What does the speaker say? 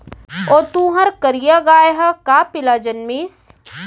ओ तुंहर करिया गाय ह का पिला जनमिस?